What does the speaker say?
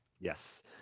Yes